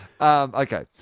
okay